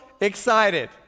excited